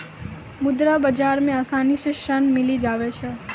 मुद्रा बाजार मे आसानी से ऋण मिली जावै छै